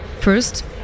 first